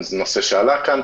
זה נושא שעלה כאן,